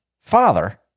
father